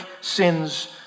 sin's